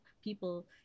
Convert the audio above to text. people